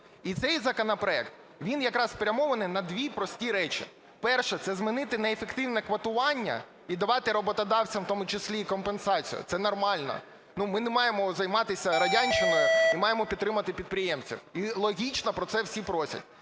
І цей законопроект він якраз спрямований на дві прості речі. Перше – це змінити неефективне квотування і давати роботодавцям в тому числі і компенсацію. І це нормально, ми не маємо займатися радянщиною і маємо підтримати підприємців. І логічно про це всі просять.